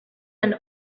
and